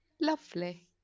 lovely